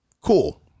Cool